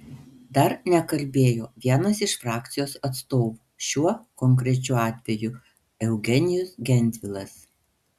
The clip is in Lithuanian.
dar nekalbėjo vienas iš frakcijų atstovų šiuo konkrečiu atveju eugenijus gentvilas